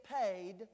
paid